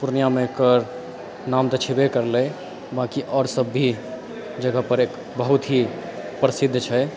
पूर्णियामे एकर नाम तऽ छबय करलय बाकी आओर सभ भी जगह पर बहुत ही प्रसिद्ध छै